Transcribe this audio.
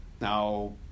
Now